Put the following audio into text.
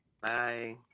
Bye